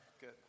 Good